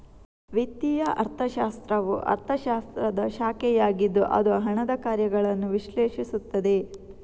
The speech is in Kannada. ವಿತ್ತೀಯ ಅರ್ಥಶಾಸ್ತ್ರವು ಅರ್ಥಶಾಸ್ತ್ರದ ಶಾಖೆಯಾಗಿದ್ದು ಅದು ಹಣದ ಕಾರ್ಯಗಳನ್ನು ವಿಶ್ಲೇಷಿಸುತ್ತದೆ